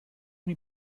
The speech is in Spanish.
muy